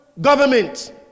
government